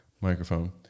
microphone